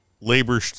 labor